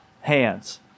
hands